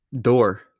door